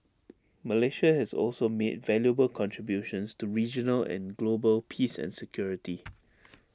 Malaysia has also made valuable contributions to regional and global peace and security